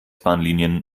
bahnlinien